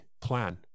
plan